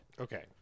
Okay